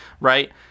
right